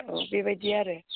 औ बेबायदि आरो